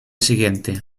siguiente